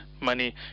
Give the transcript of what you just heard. money